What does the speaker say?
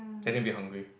then they'll be hungry